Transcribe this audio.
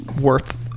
worth